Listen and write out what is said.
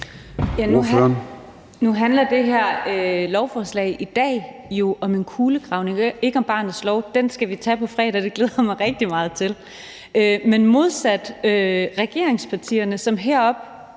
Nu handler det her lovforslag i dag jo om en kulegravning, ikke om barnets lov; den debat skal vi tage på fredag, og det glæder jeg mig rigtig meget til. Men modsat regeringspartierne, som heroppefra,